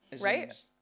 Right